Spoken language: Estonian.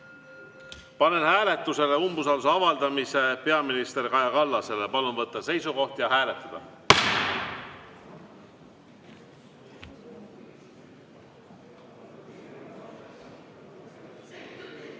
Panen hääletusele umbusalduse avaldamise peaminister Kaja Kallasele. Palun võtta seisukoht ja hääletada!